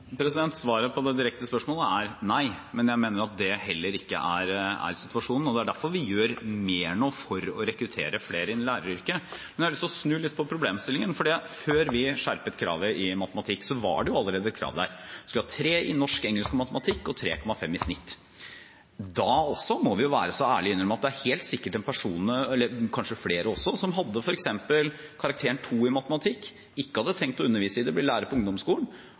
Svaret på det direkte spørsmålet er nei, men jeg mener at det heller ikke er situasjonen, og det er derfor vi gjør mer nå for å rekruttere flere inn i læreryrket. Jeg har lyst til å snu litt på problemstillingen. For før vi skjerpet kravet i matematikk, var det allerede et krav der. Man skulle ha 3 i norsk, engelsk og matematikk, og 3,5 i snitt. Da må vi være så ærlige å innrømme at det helt sikkert er personer som hadde f.eks. 2 i matematikk, som ikke hadde tenkt å undervise i det, men bli lærer på ungdomsskolen,